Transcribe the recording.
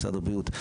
משרד הבריאות,